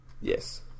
Yes